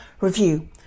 review